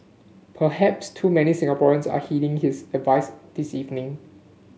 perhaps too many Singaporeans are heeding his advice this evening